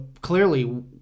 clearly